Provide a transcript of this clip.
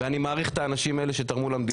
ואני מעריך את האנשים האלה שתרמו למדינה,